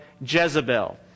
Jezebel